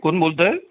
कोण बोलत आहे